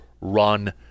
run